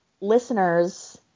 listeners